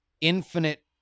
infinite